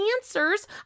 answers